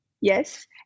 Yes